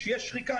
כשיש שחיקה,